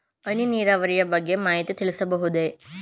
ಹನಿ ನೀರಾವರಿಯ ಬಗ್ಗೆ ಮಾಹಿತಿ ತಿಳಿಸಬಹುದೇ?